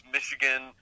Michigan